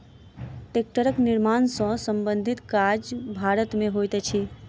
टेक्टरक निर्माण सॅ संबंधित काज भारत मे होइत अछि